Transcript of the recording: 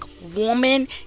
woman